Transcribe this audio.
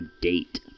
date